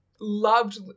loved